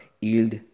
yield